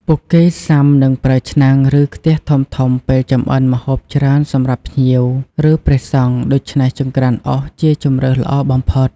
ពួកគេសុាំនឹងប្រើឆ្នាំង ឬ ខ្ទះធំៗពេលចម្អិនម្ហូបច្រើនសម្រាប់ភ្ញៀវ ឬ ព្រះសង្ឃ ដូច្នេះ ចង្រ្កានអុសជាជម្រើសល្អបំផុត។